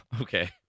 Okay